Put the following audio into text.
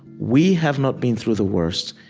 we have not been through the worst,